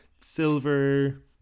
silver